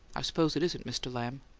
i suppose it isn't, mr. lamb.